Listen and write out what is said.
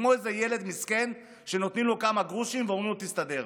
כמו איזה ילד מסכן שנותנים לו כמה גרושים ואומרים לו: תסתדר.